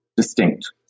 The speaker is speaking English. distinct